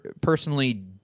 personally